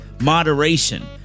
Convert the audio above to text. moderation